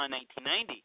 1990